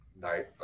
night